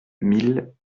mille